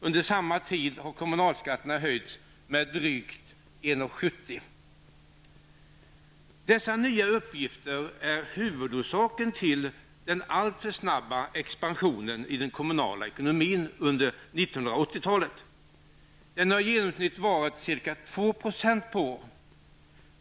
Under samma tid har kommunalskatterna höjts med drygt 1:70 kr. Dessa nya uppgifter är huvudorsaken till den alltför snabba expansionen i den kommunala ekonomin under 1980-talet. Den har i genomsnitt varit ca 2 % per år.